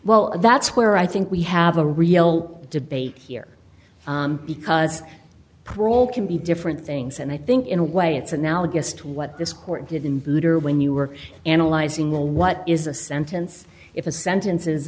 well that's where i think we have a real debate here because brawl can be different things and i think in a way it's analogous to what this court did in food or when you were analyzing well what is a sentence if a sentence is